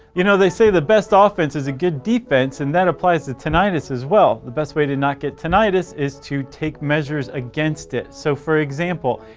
you know, they say the best offense is a good defense and that applies to tinnitus as well. the best way to not get tinnitus is to take measures against it. so for example,